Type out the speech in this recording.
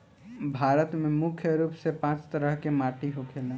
भारत में मुख्य रूप से पांच तरह के माटी होखेला